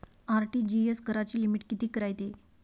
RTGS कराची limit कितीक रायते?